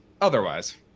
Otherwise